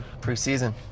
preseason